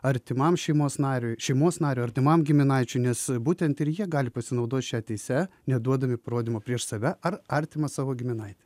artimam šeimos nariui šeimos nariui artimam giminaičiui nes būtent ir jie gali pasinaudot šia teise neduodami parodymų prieš save ar artimą savo giminaitį